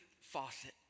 faucet